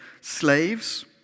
slaves